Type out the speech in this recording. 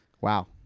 Wow